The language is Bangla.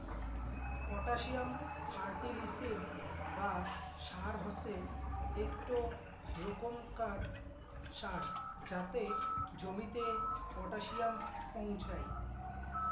পটাসিয়াম ফার্টিলিসের বা সার হসে একটো রোকমকার সার যাতে জমিতে পটাসিয়াম পোঁছাই